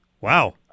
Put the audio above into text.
Wow